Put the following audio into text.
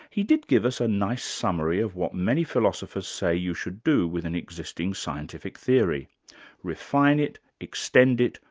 he did give us a nice summary of what many philosophers say you should do with an existing scientific theory refine it, extend it,